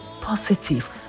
positive